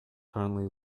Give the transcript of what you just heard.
currently